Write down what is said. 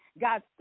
got